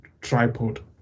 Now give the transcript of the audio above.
tripod